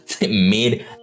mid